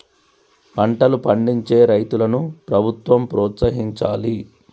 పంటలు పండించే రైతులను ప్రభుత్వం ప్రోత్సహించాలి